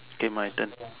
k my turn